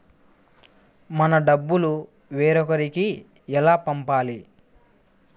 మన డబ్బులు వేరొకరికి ఎలా పంపాలి?